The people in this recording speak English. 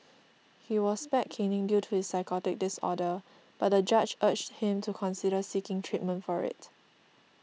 he was spared caning due to his psychotic disorder but the judge urged him to consider seeking treatment for it